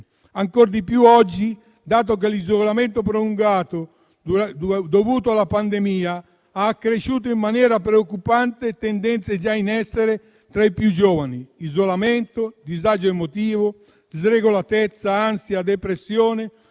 ancor di più oggi, dato che l'isolamento prolungato dovuto alla pandemia ha accresciuto in maniera preoccupante tendenze già in essere tra i più giovani: isolamento, disagio emotivo, sregolatezza, ansia, depressione,